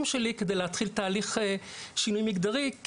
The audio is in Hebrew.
שלי על מנת להתחיל לתהליך שינוי מגדרי.